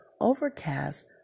Overcast